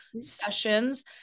sessions